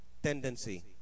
Tendency